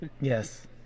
Yes